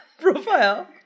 profile